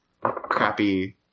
crappy